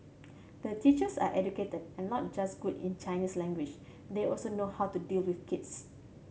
the teachers are educated and not just good in Chinese language they also know how to deal with kids